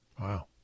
wow